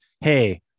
hey